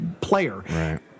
player